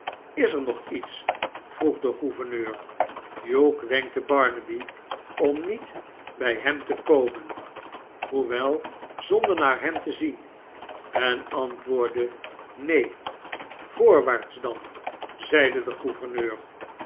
is er nog iets vroeg de gouverneur hugh wenkte barnaby om niet bij hem te komen hoewel zonder naar hem te zien en antwoordde neen voorwaarts dan zeide de gouverneur